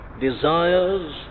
desires